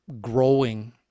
growing